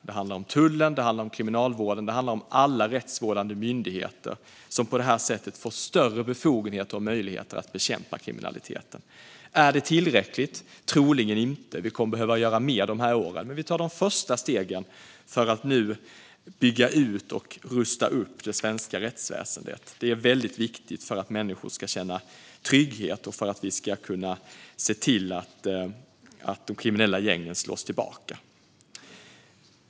Det handlar om Tullverket, Kriminalvården och alla rättsvårdande myndigheter, som på det här sättet får större befogenheter och möjligheter att bekämpa kriminaliteten. Är det tillräckligt? Troligen inte. Vi kommer att behöva göra mer de här åren, men vi tar de första stegen för att nu bygga ut och rusta upp det svenska rättsväsendet. Det är väldigt viktigt för att människor ska känna trygghet och för att vi ska kunna se till att de kriminella gängen slås tillbaka.